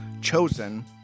chosen